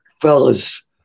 fellas